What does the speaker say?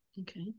Okay